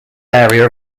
area